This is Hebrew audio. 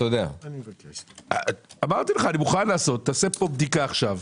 תעשה פה בדיקה עכשיו,